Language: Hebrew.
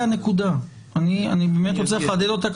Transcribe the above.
הנקודה ואני באמת רוצה לחדד אותה.